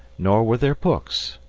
nor were there books,